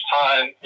time